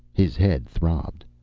his head throbbed.